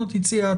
תצאי את,